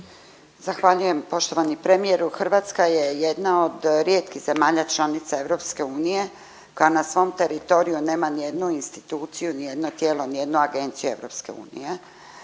Zahvaljujem. Poštovani premijeru Hrvatska je jedna od rijetkih zemalja članica EU koja na svom teritoriju nema niti jednu instituciju, ni jedno tijelo, ni jednu agenciju EU.